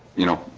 you know,